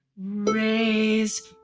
raise,